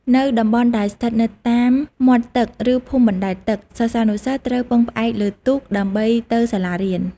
នៅតំបន់ដែលស្ថិតនៅតាមមាត់ទឹកឬភូមិបណ្តែតទឹក សិស្សានុសិស្សត្រូវពឹងផ្អែកលើទូកដើម្បីទៅសាលារៀន។